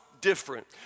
different